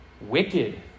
wicked